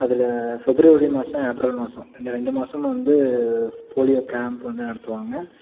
அதில் ஃஃபெப்ரவரி மாதம் ஏப்ரல் மாதம் இந்த ரெண்டு மாதமும் வந்து போலியோ கேம்ப் வந்து நடத்துவாங்க